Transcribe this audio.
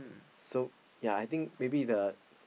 so ya I think maybe the